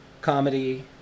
comedy